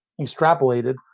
extrapolated